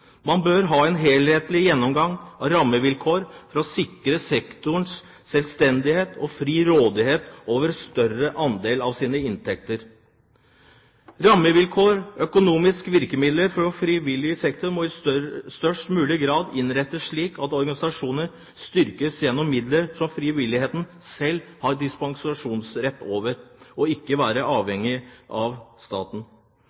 Man bør ha en helhetlig gjennomgang av rammevilkårene som sikrer sektorens selvstendighet og frie råderett over større andel av sine inntekter. Rammevilkår og økonomiske virkemidler for frivillig sektor må i størst mulig grad innrettes slik at organisasjonene styrkes gjennom midler som frivilligheten selv har disposisjonsrett over, og at de ikke